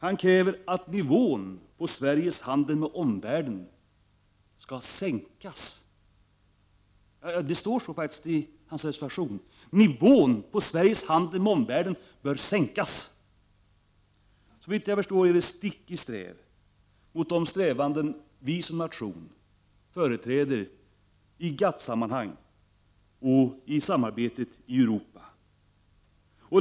Han skriver faktiskt i sin reservation att nivån på Sveriges handel med omvärlden bör sänkas. Såvitt jag förstår är detta stick i stäv mot de strävanden vi som nation företräder i GATT-sammanhang och i samarbetet i Europa.